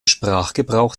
sprachgebrauch